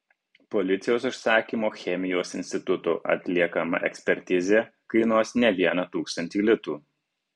policijos užsakymu chemijos instituto atliekama ekspertizė kainuos ne vieną tūkstantį litų